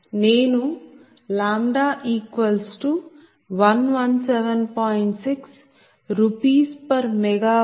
నేను 117